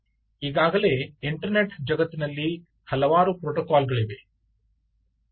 ಈಗಾಗಲೇ ಇಂಟರ್ನೆಟ್ ಜಗತ್ತಿನಲ್ಲಿ ಹಲವಾರು ಪ್ರೋಟೋಕಾಲ್ಗಳಿವೆ